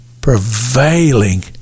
prevailing